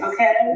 Okay